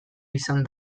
izan